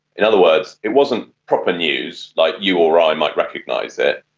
in other words, it wasn't proper news like you or ah i might recognise it.